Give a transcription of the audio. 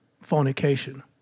fornication